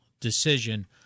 decision